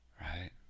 right